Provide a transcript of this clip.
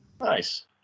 Nice